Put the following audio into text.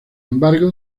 embargo